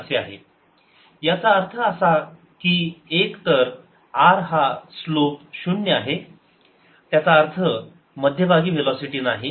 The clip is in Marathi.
Since yIyT yI∂tyT∂t 1v21v1yI∂t0 याचा अर्थ असा की एक तर r हा स्लोप शून्य आहे त्याचा अर्थ मध्यभागी वेलोसिटी नाही